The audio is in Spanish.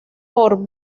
por